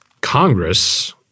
Congress